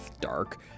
Dark